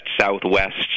Southwest